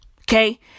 Okay